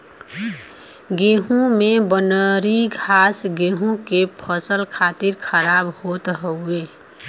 गेंहू में बनरी घास गेंहू के फसल खातिर खराब होत हउवे